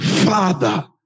father